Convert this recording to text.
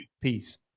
Peace